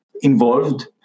involved